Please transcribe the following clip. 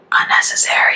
Unnecessary